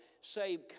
save